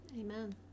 Amen